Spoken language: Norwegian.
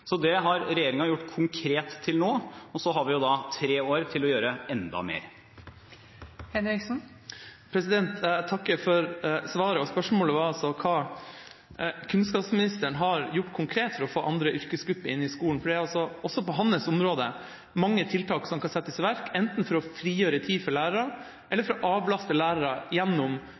Så det har regjeringen gjort konkret til nå. Og vi har tre år til på å gjøre enda mer. Jeg takker for svaret. Spørsmålet var om hva kunnskapsministeren har gjort konkret for å få andre yrkesgrupper inn i skolen. Det er også på hans område mange tiltak som kan settes i verk, enten for å frigjøre tid for lærerne eller for å avlaste lærere gjennom